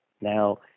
Now